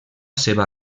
seva